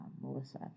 Melissa